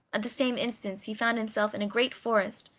at the same instant he found himself in a great forest,